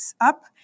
up